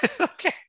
Okay